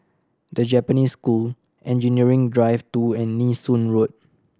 The Japanese School Engineering Drive Two and Nee Soon Road